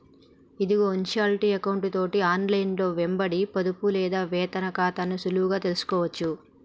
ఇదిగో ఇన్షాల్టీ ఎకౌంటు తోటి ఆన్లైన్లో వెంబడి పొదుపు లేదా వేతన ఖాతాని సులువుగా తెలుసుకోవచ్చు